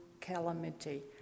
calamity